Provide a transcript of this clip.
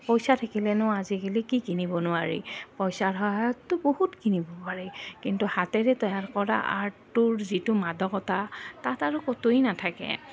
পইচা থাকিলেনো আজিকালি কি কিনিব নোৱাৰি পইচাৰ সহায়ততো বহুত কিনিব পাৰি কিন্তু হাতেৰে তৈয়াৰ কৰা আৰ্টটোৰ যিটো মাদকতা তাত আৰু ক'তোৱেই নাথাকে